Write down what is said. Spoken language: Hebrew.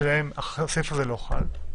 שעליהם הסעיף הזה לא חל.